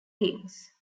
games